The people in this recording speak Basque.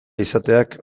izateak